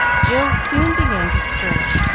jill soon began to stir,